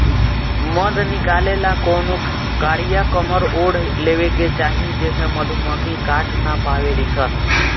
मध निकाले ला कवनो कारिया कमर ओढ़ लेवे के चाही जेसे मधुमक्खी काट ना पावेली सन